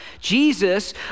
Jesus